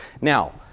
Now